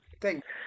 Thanks